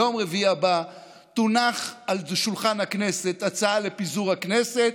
ביום רביעי הבא תונח על שולחן הכנסת הצעה לפיזור הכנסת,